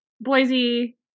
Boise